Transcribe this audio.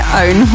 own